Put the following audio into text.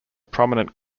prominent